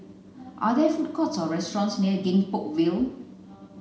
are there food courts or restaurants near Gek Poh Ville